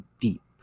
deep